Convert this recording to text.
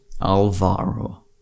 Alvaro